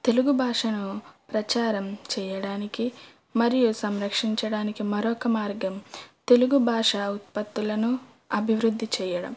తెలుగు భాషను ప్రచారం చెయ్యడానికి మరియు సంరక్షించడానికి మరొక మార్గం తెలుగు భాష ఉత్పత్తులను అభివృద్ధి చెయ్యడం